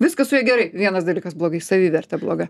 viskas su ja gerai vienas dalykas blogai savivertė bloga